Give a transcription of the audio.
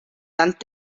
land